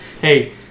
hey